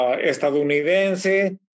estadounidense